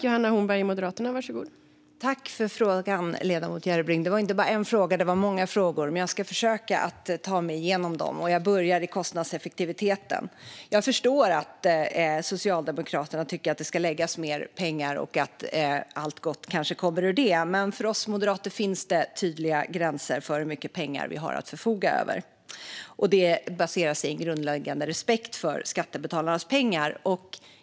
Fru talman! Tack för frågan, ledamoten Järrebring! Det var inte bara en fråga utan många frågor, men jag ska försöka ta mig igenom dem. Jag börjar med kostnadseffektiviteten. Jag förstår att Socialdemokraterna tycker att det ska läggas mer pengar och att allt gott kanske kommer ur det, men för oss moderater finns det tydliga gränser för hur mycket pengar vi har att förfoga över. Detta baseras på en grundläggande respekt för skattebetalarnas pengar.